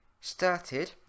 started